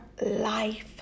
life